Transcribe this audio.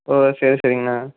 ஓ சரி சரிங்கண்ணா